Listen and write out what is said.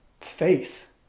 Faith